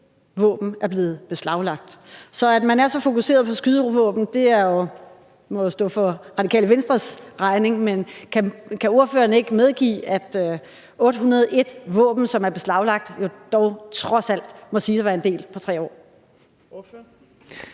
våben er blevet beslaglagt. Så at man er så fokuseret på skydevåben, må jo stå for Radikale Venstres regning, men kan ordføreren ikke medgive, at 801 våben, som er beslaglagt, dog trods alt må siges at være en del på 3 år? Kl.